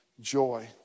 joy